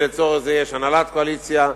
ולצורך זה יש הנהלת קואליציה,